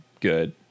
good